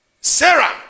Sarah